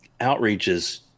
outreaches